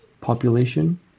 population